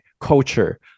culture